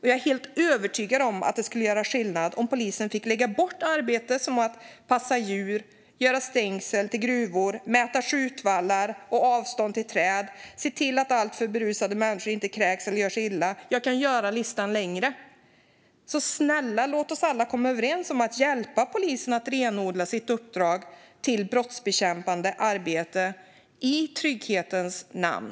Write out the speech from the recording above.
Jag är helt övertygad om att det skulle göra skillnad om polisen fick lägga bort arbete som att passa djur, göra stängsel till gruvor, mäta skjutvallar och avstånd till träd, se till att alltför berusade människor inte kräks eller gör sig illa - jag kan göra listan längre. Så snälla, låt oss alla komma överens om att hjälpa polisen att renodla sitt uppdrag till brottsbekämpande arbete, i trygghetens namn.